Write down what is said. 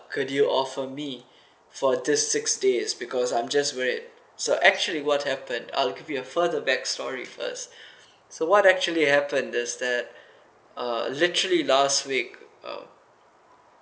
could you offer me for this six days because I'm just worried so actually what happened I'll give you a further back story first so what actually happened is that uh literally last week um